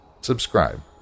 subscribe